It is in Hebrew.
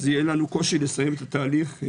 יהיה לנו קושי לסיים את התהליך.